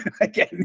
again